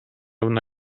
una